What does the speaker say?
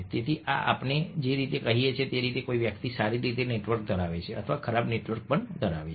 તેથી આ આપણને જે રીતે કહે છે તે છે કે કોઈ વ્યક્તિ સારી રીતે નેટવર્ક ધરાવે છે અથવા ખરાબ નેટવર્ક ધરાવે છે